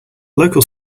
local